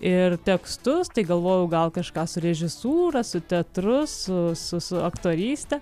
ir tekstus tai galvojau gal kažką su režisūra su teatru su su su aktoryste